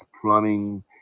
plumbing